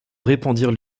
répandirent